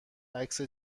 عکس